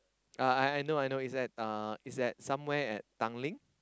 uh I I know it's at uh it's at somewhere at Tanglin